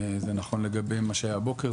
זה נכון לגבי מה שהיה הבוקר,